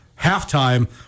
halftime